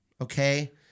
Okay